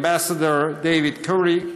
David Quarrey Ambassador,